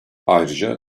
ayrıca